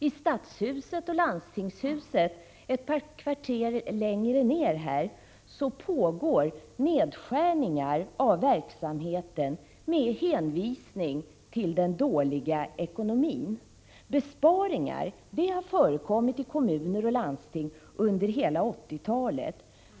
I stadshuset och landstingshuset, några kvarter härifrån, pågår arbetet med nedskärningar av verksamhet med hänvisning till den dåliga ekonomin. Besparingar har förekommit i kommuner och landsting under hela 1980-talet.